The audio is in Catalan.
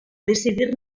decidir